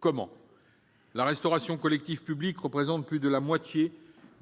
Comment ? La restauration collective publique représente plus de la moitié